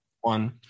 one